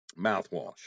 Mouthwash